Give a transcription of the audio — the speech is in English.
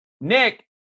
Nick